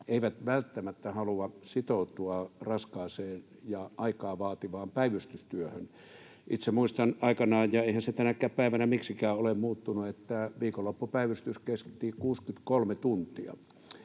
eivät välttämättä halua sitoutua raskaaseen ja aikaa vaativaan päivystystyöhön. Itse muistan, että aikanaan — ja eihän se tänäkään päivänä miksikään ole muuttunut — viikonloppupäivystys kesti 63 tuntia.